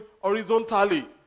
horizontally